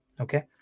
okay